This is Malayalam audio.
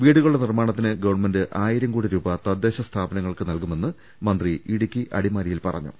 വീടുകളുടെ നിർമ്മാണത്തിന് ഗവൺമെന്റ് ആയിരം കോടി രൂപ തദ്ദേശ സ്ഥാപനങ്ങൾക്ക് നൽകുമെന്നും മന്ത്രി ഇടുക്കി അടിമാലിയിൽ പറഞ്ഞു